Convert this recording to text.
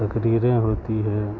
تقریریں ہوتی ہے